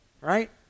Right